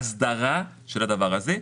ההסדרה של הדבר הזה.